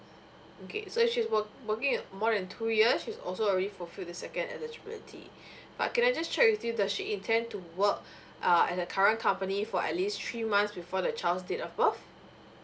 okay so she's work~ working more than two years she's also already fulfill the second eligibility but can I just check with you does she intend to work uh at her current company for at least three months before the child's date of birth